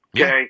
Okay